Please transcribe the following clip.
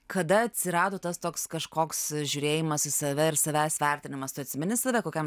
kada atsirado tas toks kažkoks žiūrėjimas save ir savęs vertinimas tu atsimeni save kokiam